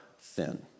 sin